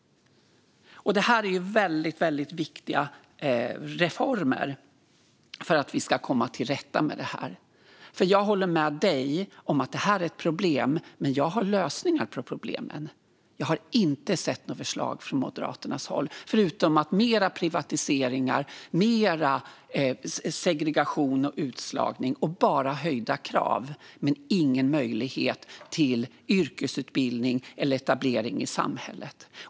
Det är väldigt viktiga reformer för att vi ska komma till rätta med det här. Jag håller med Arin Karapet om att det här är ett problem, men jag har lösningar på problemen. Från Moderaternas håll har jag inte sett några förslag, förutom sådana som handlar om mer privatiseringar, mer segregation och utslagning och höjda krav. Det finns inga förslag om möjligheter till yrkesutbildning eller etablering i samhället.